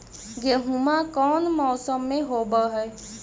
गेहूमा कौन मौसम में होब है?